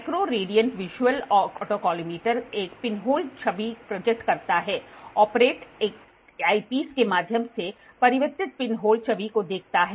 micro radiant visual autocollimator एक pinhole छवि project करता है ऑपरेटर एक ऐपिस के माध्यम से परावर्तित पिनहोल छवि को देखता है